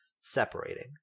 separating